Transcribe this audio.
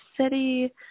city